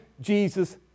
Jesus